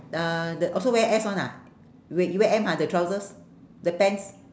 the the oh so wear S [one] ah wait you wear M ha the trousers the pants